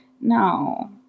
No